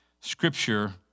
scripture